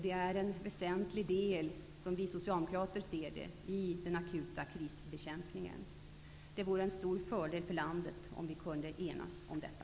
Den är en väsentlig del, som vi socialdemokrater ser det, i den akuta krisbekämpningen. Det vore en stor fördel för landet om vi kunde enas om detta.